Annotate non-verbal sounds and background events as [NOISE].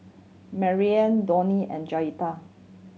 Maryanne [UNINTELLIGIBLE] and Jaeda